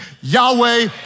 Yahweh